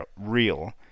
real